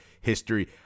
history